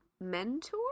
mentor